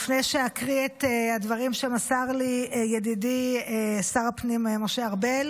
לפני שאקריא את הדברים שמסר לי ידידי שר הפנים משה ארבל